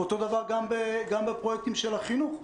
אותו דבר גם בפרויקטים של החינוך.